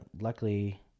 luckily